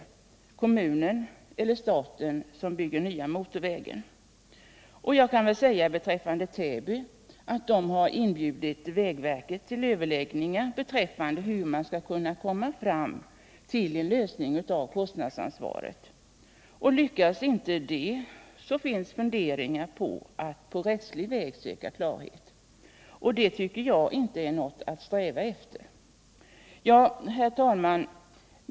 Blir det kommunen eller staten som bygger den nya motorvägen? Täby kommun har inbjudit vägverket till överläggningar om hur man skall kunna komma fram till en lösning beträffande kostnadsansvaret. Lyckas inte det, finns funderingar på att på rättslig väg söka klarhet. Och det tycker jag inte är något att sträva efter. Herr talman!